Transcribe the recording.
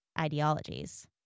ideologies